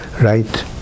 right